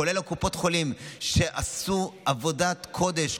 כולל קופות החולים שעשו עבודת קודש,